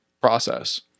process